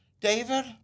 David